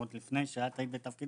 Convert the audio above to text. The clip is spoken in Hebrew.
עוד לפני שאת היית בתפקידך,